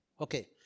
Okay